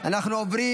אנחנו עוברים